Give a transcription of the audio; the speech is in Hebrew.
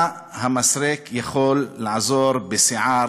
שהן מכוערות?) מה המסרק יכול לעזור בשיער